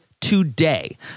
today